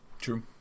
True